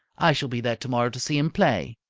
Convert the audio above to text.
i shall be there tomorrow to see him play.